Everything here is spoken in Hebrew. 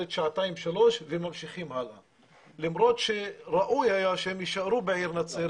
לשעתיים-שלוש וממשיכים הלאה למרות שראוי היה שהם יישארו בעיר נצרת.